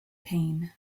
pain